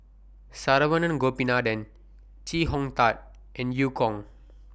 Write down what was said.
Saravanan Gopinathan Chee Hong Tat and EU Kong